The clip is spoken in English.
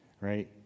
right